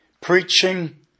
preaching